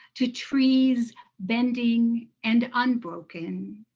to trees bending and unbroken.